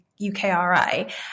UKRI